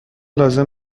لازم